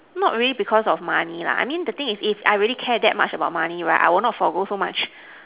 not really because of money lah I mean the thing is is I really care that much about money right I won't forgo so much